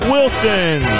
Wilson